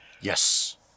Yes